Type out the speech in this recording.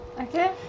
Okay